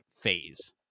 phase